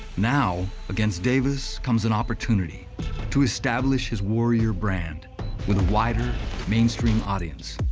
now, against davis comes an opportunity to establish his warrior brand with a wider mainstream audience.